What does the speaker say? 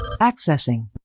Accessing